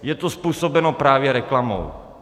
Je to způsobeno právě reklamou.